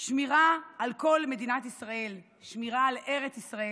לשמירה על כל מדינת ישראל, שמירה על ארץ ישראל,